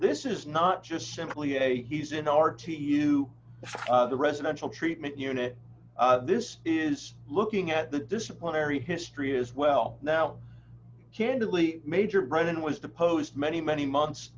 this is not just simply a he's in our to you the residential treatment unit this is looking at the disciplinary history is well now candidly major brennan was deposed many many months